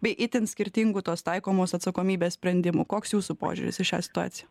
bei itin skirtingų tos taikomos atsakomybės sprendimų koks jūsų požiūris į šią situaciją